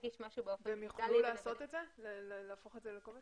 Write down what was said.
והם יוכלו לעשות את זה, להפוך את זה לקובץ?